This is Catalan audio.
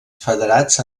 federats